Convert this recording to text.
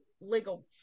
legal